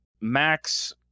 max